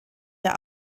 der